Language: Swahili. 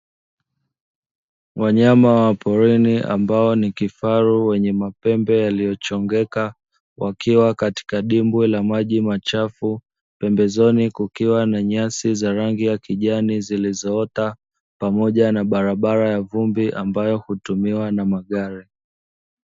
Wanyama wa porini ambao ni kifaru wenye mapembe yaliyochongoka wakiwa katika dimbwi la maji machafu, pembezoni kukiwa na nyasi za rangi ya kijani zilizoota, pamoja na barabara ya vumbi ambayo hutumiwa na magari.